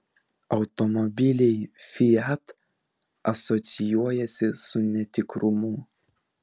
automobiliai fiat asocijuojasi su netikrumu